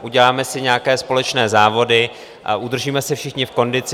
Uděláme si nějaké společné závody a udržíme se všichni v kondici.